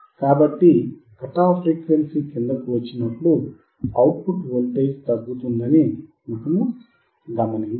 కాబట్టి cut off frequency క్రిందకు వచ్చినప్పుడు అవుట్ పుట్ వోల్టేజ్ తగ్గుతుందని మనము గమనించాము